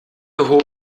hob